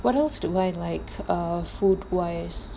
what else do I like err food wise